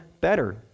better